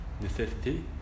Necessity